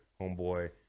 homeboy